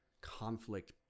conflict